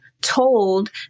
told